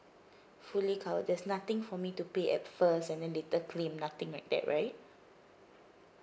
fully covered there's nothing for me to pay at first and then later claim nothing like that right